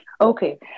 Okay